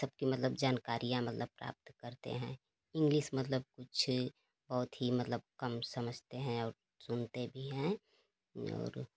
सबकी मतलब जानकारियाँ मतलब प्राप्त करते हैं इंग्लिश मतलब कुछ अवधि मतलब कम समझते हैं सुनते भी हैं और